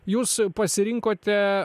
jūs pasirinkote